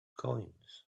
coins